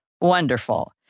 Wonderful